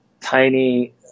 tiny